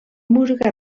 música